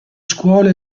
scuole